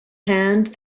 hand